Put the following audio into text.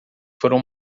foram